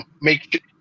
make